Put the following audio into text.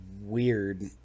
weird